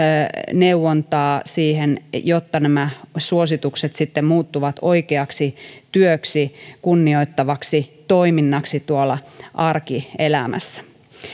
neuvontaa siihen jotta nämä suositukset sitten muuttuvat oikeaksi työksi kunnioittavaksi toiminnaksi tuolla arkielämässä